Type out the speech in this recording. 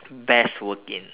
best work in